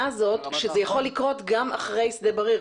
הזאת שזה יכול לקרות גם אחרי שדה בריר.